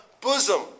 bosom